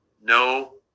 No